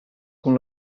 con